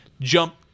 jump